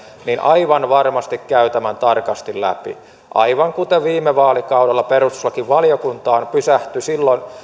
aivan varmasti käy tämän tarkasti läpi aivan kuten viime vaalikaudella perustuslakivaliokuntaan pysähtyi